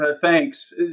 thanks